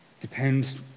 depends